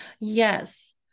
yes